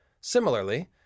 Similarly